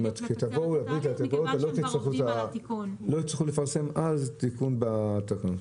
כשתבואו להעביר את התקנות לא יצטרכו לפרסם אז תיקון בתקנות.